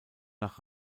nach